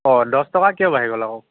অ' দহ টকা কিয় বাঢ়ি গ'ল আকৌ